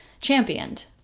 championed